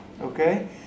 Okay